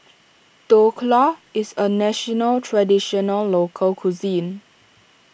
Dhokla is a Traditional Local Cuisine